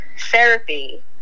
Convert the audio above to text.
Therapy